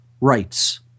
rights